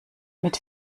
mit